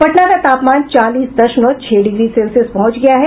पटना का तापमान चालीस दशमलव छह डिग्री सेल्सियस पहुंच गया है